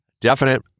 definite